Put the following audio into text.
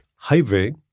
Highway